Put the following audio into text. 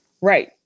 Right